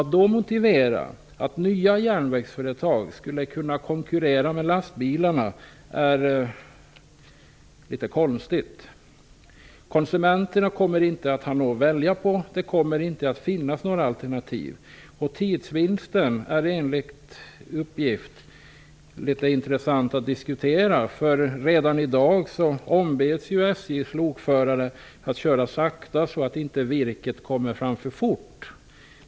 Att under sådana förhållanden göra gällande att nya järnvägsföretag skulle kunna konkurrera med lastbilarna är litet konstigt. Konsumenterna kommer inte att ha något att välja på. Det kommer inte att finnas några alternativ. Det är enligt uppgift rätt intressant att diskutera tidsvinsten. Redan i dag ombeds SJ:s lokförare att köra sakta, så att virket inte kommer fram för fort.